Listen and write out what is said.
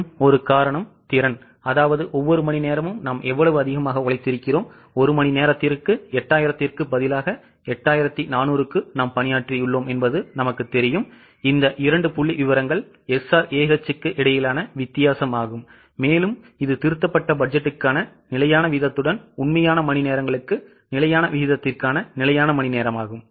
இன்னும் ஒரு காரணம் திறன்அதாவது ஒவ்வொரு மணிநேரமும் நாம் எவ்வளவு அதிகமாக உழைத்திருக்கிறோம் ஒரு மணி நேரத்திற்கு 8000 க்கு பதிலாக 8400 க்கு நாம் பணியாற்றியுள்ளோம் என்பது நமக்குத் தெரியும் இந்த 2 புள்ளிவிவரங்கள் SRAH க்கு இடையிலான வித்தியாசம் இது திருத்தப்பட்ட பட்ஜெட்டுக்கான நிலையான வீதத்துடன் உண்மையான மணிநேரங்களுக்கு நிலையான விகிதத்திற்கான நிலையான மணிநேரமாகும்